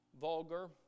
vulgar